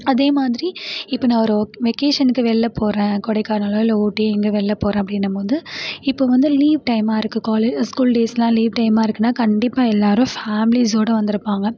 அதே மாதிரி இப்போ நான் ஒரு வெக்கேஷனுக்கு வெளில போகிறேன் கொடைக்கானலோ இல்லை ஊட்டி எங்கே வெளில போகிறேன் அப்படின்னம்போது இப்போ வந்து லீவ் டைமாக இருக்குது காலே ஸ்கூல் டேஸ்லாம் லீவ் டைமாக இருக்குதுனா கண்டிப்பாக எல்லாரும் ஃபேமிலிஸோட வந்திருப்பாங்க